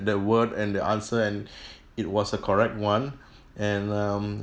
the word and the answer and it was a correct one and um